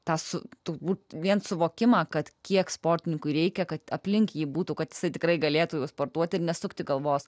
tą su turbūt vien suvokimą kad kiek sportininkui reikia kad aplink jį būtų kad jis tikrai galėtų sportuoti ir nesukti galvos